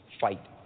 fight